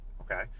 Okay